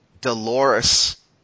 Dolores